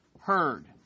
heard